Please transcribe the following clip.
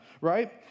right